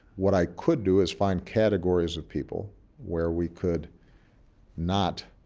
what i could do is find categories of people where we could not